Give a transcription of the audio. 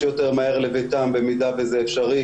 אם אין לה לאן לחזור, האם היא נשארת שם?